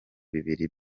bibiri